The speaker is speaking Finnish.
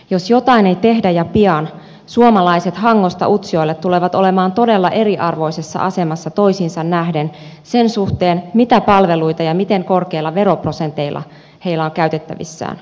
jos jotain ei tehdä ja pian suomalaiset hangosta utsjoelle tulevat olemaan todella eriarvoisessa asemassa toisiinsa nähden sen suhteen mitä palveluita ja miten korkeilla veroprosenteilla heillä on käytettävissään